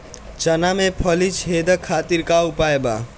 चना में फली छेदक खातिर का उपाय बा?